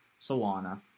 Solana